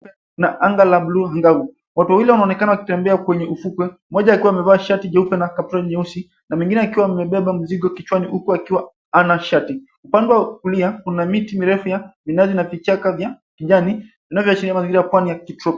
...Na anga la bluu. Watu wawili wanaonekana wakitembea kwenye ufukwe, mmoja akiwa amevaa shati jeupe na aproni nyeusi na mwingine akiwa amebeba mzigo kichwani huku akiwa hana shati. Upande wa kulia kuna miti mirefu ya minazi na vichaka vya kijani vinavyoashiria mazingira ya pwani ya kitropiki.